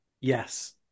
Yes